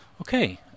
Okay